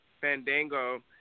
Fandango